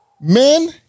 men